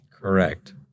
Correct